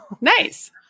Nice